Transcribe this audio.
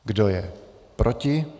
Kdo je proti?